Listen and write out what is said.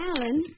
Alan